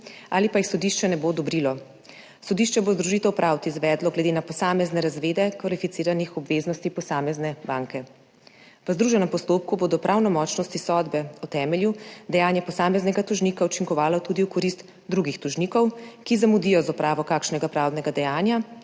ali pa jih sodišče ne bo odobrilo. Sodišče bo združitev pravd izvedlo glede na posamezne razrede kvalificiranih obveznosti posamezne banke. V združenem postopku bo do pravnomočnosti sodbe o temelju dejanje posameznega tožnika učinkovalo tudi v korist drugih tožnikov, ki zamudijo z opravo kakšnega pravdnega dejanja